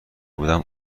بودم